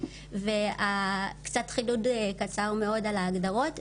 קצת חידוד קצר מאוד על ההגדרות,